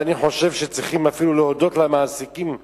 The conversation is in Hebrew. ואני חושב שצריכים אפילו להודות למעסיקים האלה,